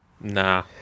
Nah